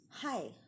Hi